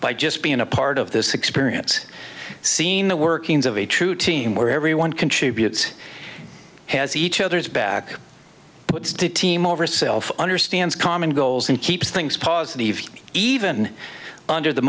by just being a part of this experience seen the workings of a true team where everyone contributes has each other's back to team over self understands common goals and keeps things pause that evening even under the